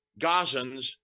Gazans